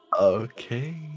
Okay